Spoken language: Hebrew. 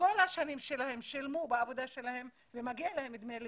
כל השנים שלהן בעבודה שלהן, ומגיע להן דמי לידה.